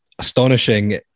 Astonishing